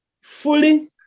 fully